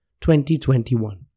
2021